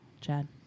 Chad